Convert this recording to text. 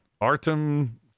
Artem